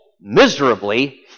miserably